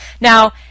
Now